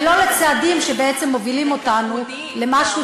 ולא לצעדים שבעצם מובילים אותנו למשהו